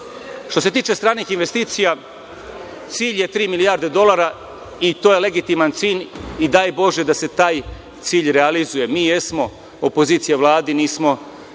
se tiče stranih investicija, cilj je tri milijarde dolara i to je legitiman cilj i daj bože da se taj cilj realizuje. Mi jesmo opozicija Vladi, nismo